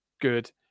good